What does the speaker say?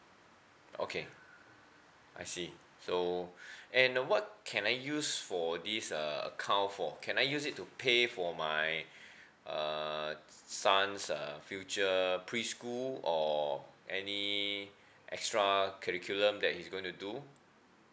okay I see so and uh what can I use for this uh account for can I use it to pay for my uh son's future preschool or any extra curriculum that he is going to do